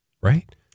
right